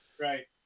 Right